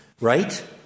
right